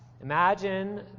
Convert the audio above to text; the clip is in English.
Imagine